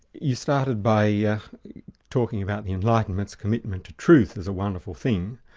you started by yeah talking about the enlightenment's commitment to truth as a wonderful thing.